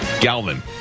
Galvin